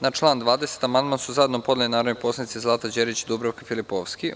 Na član 20. amandman su zajedno podneli narodni poslanici Zlata Đerić i Dubravka Filipovski.